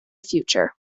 future